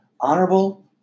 honorable